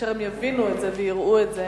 כאשר הם יראו את זה ויבינו את זה,